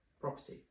property